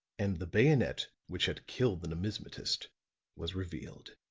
and the bayonet which had killed the numismatist was revealed,